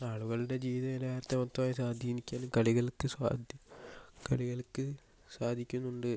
ആളുകളുടെ ജീവിത നിലവാരത്തെ മൊത്തമായി സ്വാധീനിച്ചത് കളികൾക്ക് സ്വാധീ കളികൾക്ക് സാധിക്കുന്നുണ്ട്